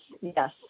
yes